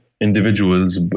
individuals